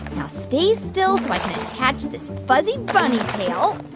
now stay still, so i can attach this fuzzy bunny tail.